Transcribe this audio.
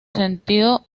sentido